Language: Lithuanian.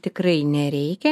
tikrai nereikia